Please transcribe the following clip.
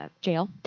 jail